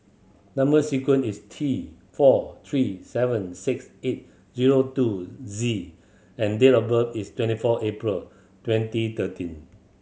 number sequence is T four three seven six eight zero two Z and date of birth is twenty four April twenty thirteen